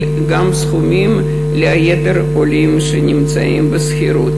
את הסכומים גם ליתר העולים שגרים בשכירות.